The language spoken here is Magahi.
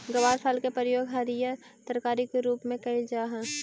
ग्वारफल के प्रयोग हरियर तरकारी के रूप में कयल जा हई